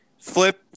Flip